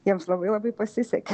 jiems labai labai pasisekė